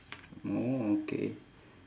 orh okay